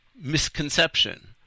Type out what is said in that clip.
misconception